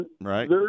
Right